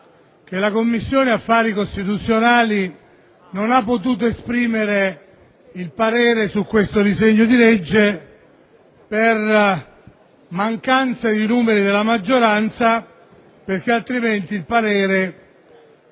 la Commissione affari costituzionali non ha potuto esprimere il parere su questo disegno di legge per mancanza di numeri nella maggioranza. Il parere,